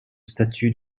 statut